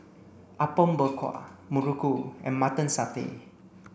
Apom Berkuah Muruku and mutton satay